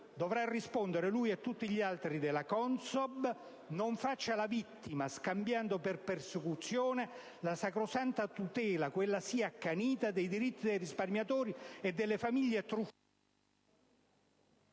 dovrà rispondere lui e tutti gli altri della CONSOB, non faccia la vittima, scambiando per persecuzione la sacrosanta tutela - quella sì accanita - dei diritti dei risparmiatori e delle famiglie truffate